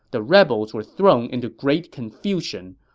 the rebels were thrown into great confusion.